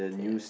okay